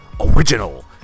original